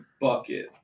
bucket